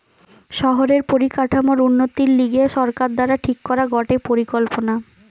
শহরের পরিকাঠামোর উন্নতির লিগে সরকার দ্বারা ঠিক করা গটে পরিকল্পনা